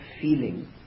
feeling